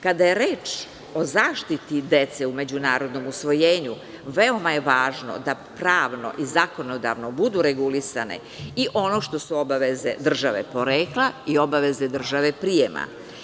Kada je reč o zaštiti dece u međunarodnom usvojenju, veoma je važno da pravno i zakonodavno budu regulisane i ono što su obaveze države porekla i obaveze države prijema.